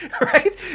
right